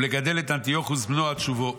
ולגדל את אנטיוכוס בנו עד שובו.